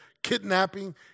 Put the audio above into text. Kidnapping